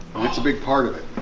it's a big part of it.